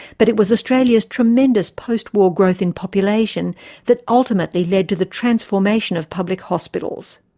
but it was australia's tremendous post-war growth in population that ultimately led to the transformation of public hospitals.